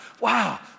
wow